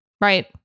Right